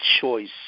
choice